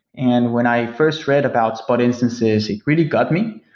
and when i first read about spot instances, it really got me,